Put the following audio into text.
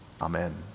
Amen